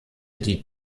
die